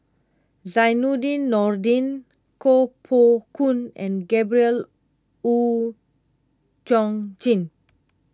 Zainudin Nordin Koh Poh Koon and Gabriel Oon Chong Jin